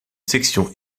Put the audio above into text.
section